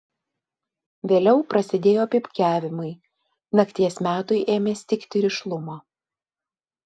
vėliau prasidėjo pypkiavimai nakties metui ėmė stigti rišlumo